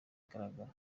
igaragaza